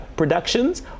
productions